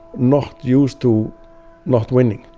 not used to not winning.